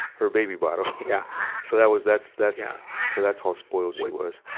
her baby bottle. yeah so that was, that's, that's, so that's how spoiled she was.